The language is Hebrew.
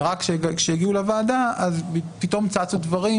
ורק כשהגיעו לוועדה אז פתאום צצו דברים